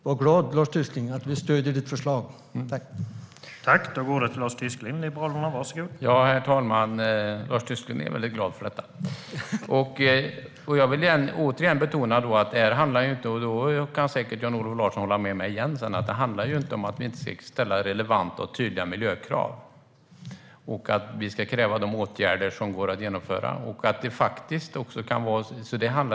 Var glad att vi stöder ditt förslag, Lars Tysklind!